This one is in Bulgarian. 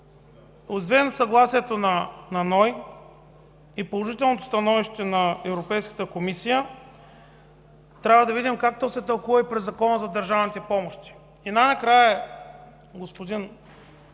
освен съгласието на НОИ и положителното становище на Европейската комисия, трябва да видим как то се тълкува и през Закона за държавните помощи. И най-накрая, госпожи